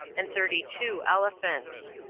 and thirty-two elephants.